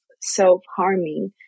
self-harming